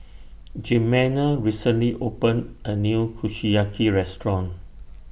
Jimena recently opened A New Kushiyaki Restaurant